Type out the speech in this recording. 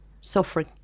suffering